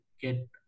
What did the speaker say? get